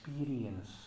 experience